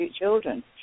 children